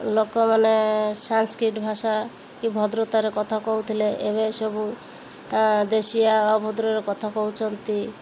ଲୋକମାନେ ସାଂସ୍କ୍ରିଟ୍ ଭାଷା କି ଭଦ୍ରତାରେ କଥା କହୁଥିଲେ ଏବେ ସବୁ ଦେଶିଆ ଅଭଦ୍ରରେ କଥା କହୁଛନ୍ତି